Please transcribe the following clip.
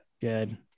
Good